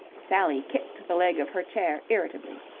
sally kicked the leg of her chair irritably.